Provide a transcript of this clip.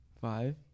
Five